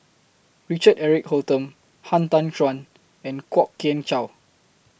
Richard Eric Holttum Han Tan Juan and Kwok Kian Chow